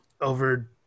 over –